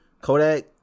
Kodak